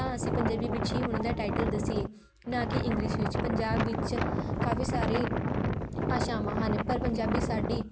ਤਾਂ ਅਸੀਂ ਪੰਜਾਬੀ ਵਿੱਚ ਹੀ ਓਹਨਾਂ ਦਾ ਟਾਈਟਲ ਦੱਸੀਏ ਨਾ ਕਿ ਇੰਗਲਿਸ਼ ਵਿੱਚ ਪੰਜਾਬ ਵਿੱਚ ਕਾਫੀ ਸਾਰੀ ਭਾਸ਼ਾਵਾਂ ਹਨ ਪਰ ਪੰਜਾਬੀ ਸਾਡੀ